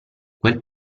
quel